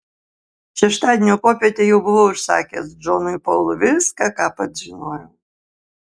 šeštadienio popietę jau buvau išsakęs džonui paului viską ką pats žinojau